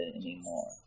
anymore